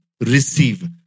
receive